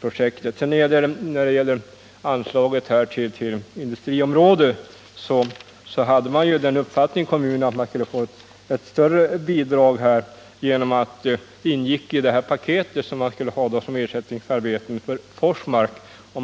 projektet. När det gäller anslaget till industriområdet, så hade man ju den uppfattningen i kommunen att det skulle bli ett större bidrag genom att det ingick i det paket man skulle få som ersättningsarbete för Forsmark.